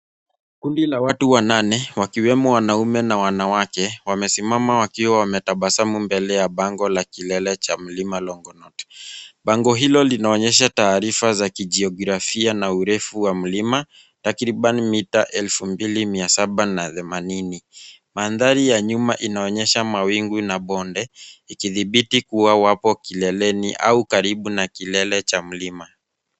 Kundi la watu wa nane, wakiwemo wanaume na wanawake, wamesimama wakiwa wametabasamu mbele ya bango la kilele cha mlima Longonot. Bango hilo linaonyesha taarifa za kijiografia na urefu wa mlima, takriban mita elfu mbili mia saba na themanini. Mandari ya nyuma inaonyesha mawingu na bonde, ikidhibiti kuwa wapo kileleni au karibu na kilele cha mlima.